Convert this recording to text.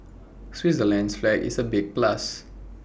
Switzerland's flag is A big plus